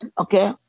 Okay